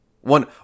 one